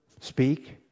speak